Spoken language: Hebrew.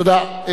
תודה.